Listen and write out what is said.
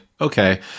Okay